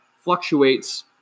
fluctuates